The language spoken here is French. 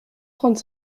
trente